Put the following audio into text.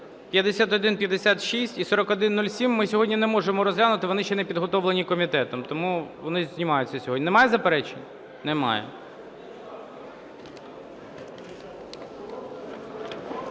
5156 і 4107, - ми сьогодні не можемо розглянути, вони ще не підготовлені комітетом. Тому вони знімаються сьогодні. Немає заперечень? Немає.